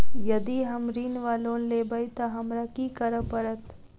यदि हम ऋण वा लोन लेबै तऽ हमरा की करऽ पड़त?